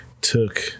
took